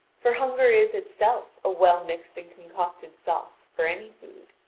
for hunger is itself a well mixed and concocted sauce for any food.